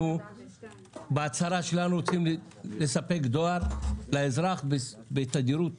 אנחנו בהצהרה שלנו רוצים לספק דואר לאזרח בתדירות